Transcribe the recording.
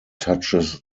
touches